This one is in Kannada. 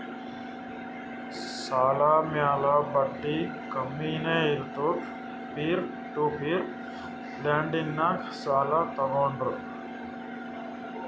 ಸಾಲ ಮ್ಯಾಲ ಬಡ್ಡಿ ಕಮ್ಮಿನೇ ಇರ್ತುದ್ ಪೀರ್ ಟು ಪೀರ್ ಲೆಂಡಿಂಗ್ನಾಗ್ ಸಾಲ ತಗೋಂಡ್ರ್